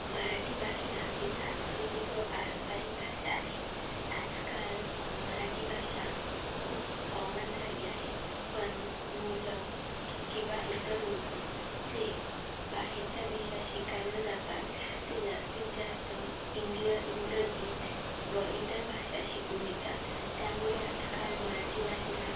मराठी भाषा ही सांस्कृतिक व पारंपरिक भाषा आहे आजकाल मराठी भाषा खूप कॉमन झाली आहे पण मुलं किंवा इतर लोक जे बाहेरच्या देशात शिकायला जातात ते जास्तीत जास्त इंग्ल इंग्रजी व इतर भाषा शिकून येतात त्यामुळे आजकाल मराठी भाषेला